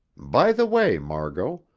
by the way, margot,